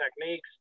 techniques